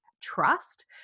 trust